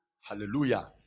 hallelujah